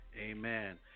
Amen